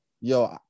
yo